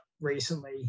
recently